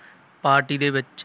party ਦੇ ਵਿੱਚ